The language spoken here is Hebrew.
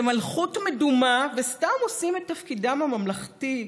מלכות מדומה וסתם עושים את תפקידם הממלכתי,